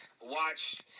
watch